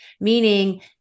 meaning